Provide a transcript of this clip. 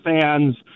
fans